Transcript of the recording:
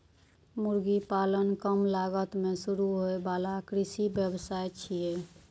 मुर्गी पालन कम लागत मे शुरू होइ बला कृषि व्यवसाय छियै